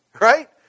Right